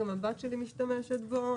גם הבת שלי משתמשת בו.